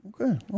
Okay